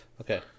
Okay